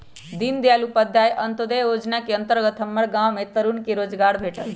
दीनदयाल उपाध्याय अंत्योदय जोजना के अंतर्गत हमर गांव के तरुन के रोजगार भेटल